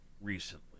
recently